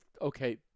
okay